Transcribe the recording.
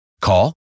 Call